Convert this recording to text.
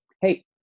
hey